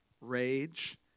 rage